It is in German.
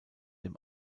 dem